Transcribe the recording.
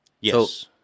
Yes